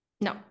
No